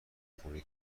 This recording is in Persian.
خونه